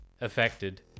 affected